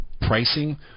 pricing